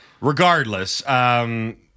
regardless